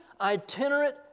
itinerant